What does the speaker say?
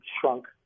shrunk